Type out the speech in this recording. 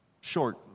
short